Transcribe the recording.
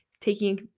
taking